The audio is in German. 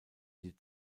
die